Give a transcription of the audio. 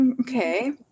okay